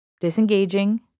disengaging